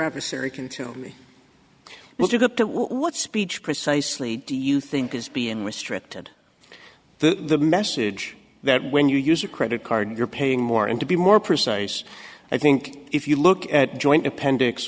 adversary can to me well to get to what speech precisely do you think is being restricted the message that when you use a credit card you're paying more and to be more precise i think if you look at joint appendix